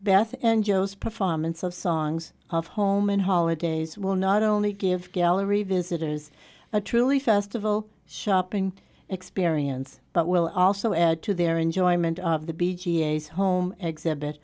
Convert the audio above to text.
beth and joe's performance of songs of home and holidays will not only give gallery visitors a truly festival shopping experience but will also add to their enjoyment of the b g is home exhibit